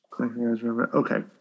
Okay